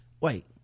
wait